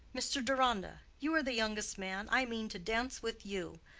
mr. deronda, you are the youngest man, i mean to dance with you.